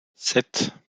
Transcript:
sept